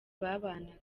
babanaga